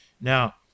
Now